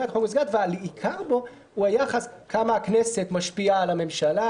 והעיקר בו הוא היחס כמה הכנסת משפיעה על הממשלה,